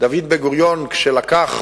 דוד בן-גוריון, כשלקח